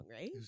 right